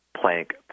plank